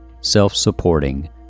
self-supporting